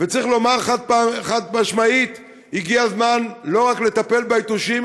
וצריך לומר חד-משמעית: הגיע הזמן לא רק לטפל ביתושים,